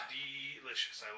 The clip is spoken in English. delicious